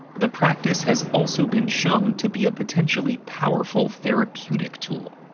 the practice has also been shown to be a potentially powerful therapeutic tool.